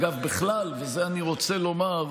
אגב, בכלל, ואת זה אני רוצה לומר,